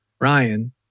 Ryan